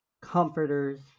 comforters